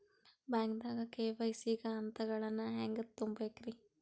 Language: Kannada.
ಬ್ಯಾಂಕ್ದಾಗ ಕೆ.ವೈ.ಸಿ ಗ ಹಂತಗಳನ್ನ ಹೆಂಗ್ ತುಂಬೇಕ್ರಿ?